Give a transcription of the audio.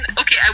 okay